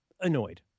annoyed